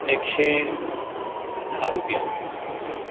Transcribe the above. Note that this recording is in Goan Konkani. एकशे धा रुपया